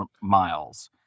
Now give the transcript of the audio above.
Miles